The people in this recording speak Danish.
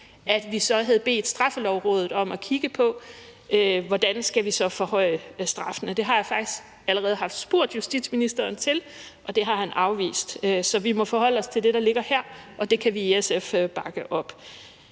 at vi så havde bedt Straffelovrådet om at kigge på, hvordan vi så skal forhøje straffen. Det har jeg faktisk allerede spurgt justitsministeren til, og det har han afvist. Så vi må forholde os til det, der ligger her, og det kan vi i SF bakke op.